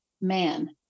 man